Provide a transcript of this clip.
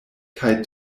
kaj